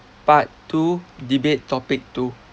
part two debate topic two